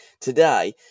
today